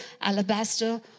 alabaster